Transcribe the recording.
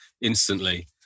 instantly